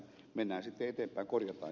korjataan jos ei se toimi